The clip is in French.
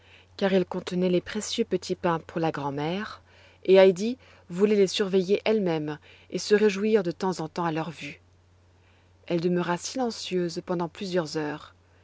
car il contenait les précieux petits pains pour la grand'mère et heidi voulait les surveiller elle-même et se réjouir de temps en temps à leur vue elle demeura silencieuse pendant plusieurs heures